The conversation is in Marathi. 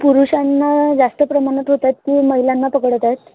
पुरुषांना जास्त प्रमाणात होत आहेत की महिलांना पकडत आहेत